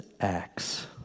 acts